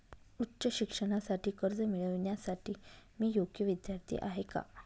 उच्च शिक्षणासाठी कर्ज मिळविण्यासाठी मी योग्य विद्यार्थी आहे का?